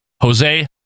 Jose